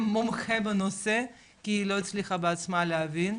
מומחה בנושא, כי היא לא הצליחה בעצמה להבין,